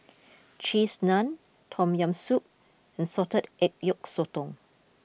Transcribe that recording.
Cheese Naan Tom Yam Soup and Salted Egg Yolk Sotong